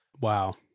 Wow